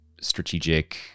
strategic